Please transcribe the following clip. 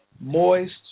moist